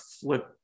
Flip